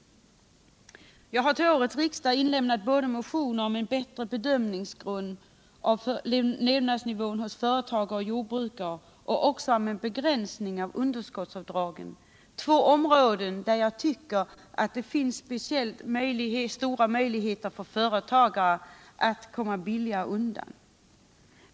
Jag har till årets riksdag inlämnat motioner både om en bättre grund för bedömningen av Icevnadsnivån hos företagare och jordbrukare och om en begränsning av underskottsavdragen, två områden där jag tycker att det finns stora möjligheter att komma billigare undan.